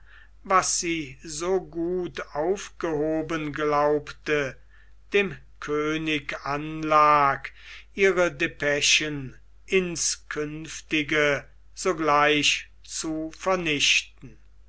was sie so gut aufgehoben glaubte dem könig anlag ihre depeschen ins künftige sogleich zu vernichten